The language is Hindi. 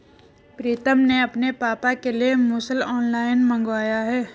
प्रितम ने अपने पापा के लिए मुसल ऑनलाइन मंगवाया है